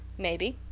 maybe.